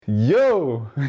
Yo